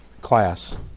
Class